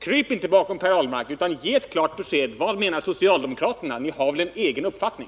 Kryp inte bakom Per Ahlmark utan ge ett klart besked! Vad menar socialdemokraterna — ni har väl en egen uppfattning?